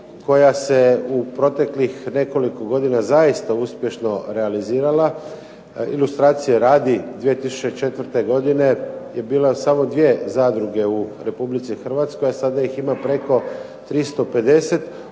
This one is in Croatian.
koja se u proteklih nekoliko godina zaista uspješno realizirala. Ilustracije radi, 2004. godine je bilo samo dvije zadruge u Republici Hrvatskoj, a sada ih ima preko 350